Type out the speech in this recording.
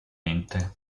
mente